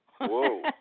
Whoa